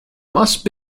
must